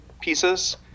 pieces